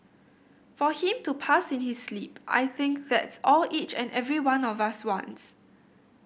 for him to pass in his sleep I think that's all each and every one of us wants